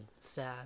Sad